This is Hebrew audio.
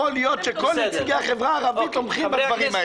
להיות שכל נציגי החברה הערבית תומכים בדברים האלה.